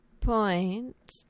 point